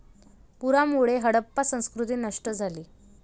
पुरामुळे हडप्पा संस्कृती नष्ट झाली